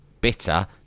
bitter